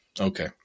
Okay